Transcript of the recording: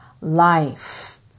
life